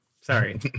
Sorry